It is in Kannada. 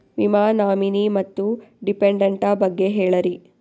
ವಿಮಾ ನಾಮಿನಿ ಮತ್ತು ಡಿಪೆಂಡಂಟ ಬಗ್ಗೆ ಹೇಳರಿ?